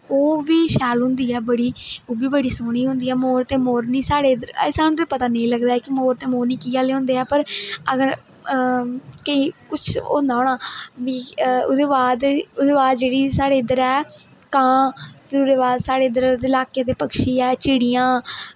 ओह् बी शैल होंदी ऐ बड़ी ओह्बी बड़ी सोहनी होंदी ऐ मोरनी ते मोर साढ़े इद्धर स्हानू ते पता नेइऊंं लगदा कि मोर ते मोरनी किये जेहे होंदे ऐ पर अगर हां केंई कुछ होंदा होना ओहदे बाद जेहड़ी साढ़े इद्धर ऐ कां फिर ओहदे बाद साढ़े इद्धर लाके दे पक्खरु ऐ चिडियां